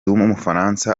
w’umufaransa